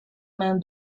main